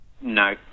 No